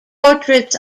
portraits